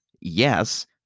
yes